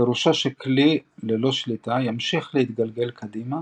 פירושו שכלי ללא שליטה ימשיך להתגלגל קדימה